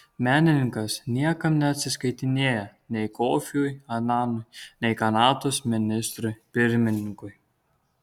menininkas niekam neatsiskaitinėja nei kofiui ananui nei kanados ministrui pirmininkui